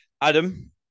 Adam